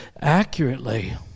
accurately